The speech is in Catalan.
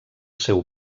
seu